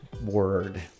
word